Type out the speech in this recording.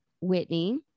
Whitney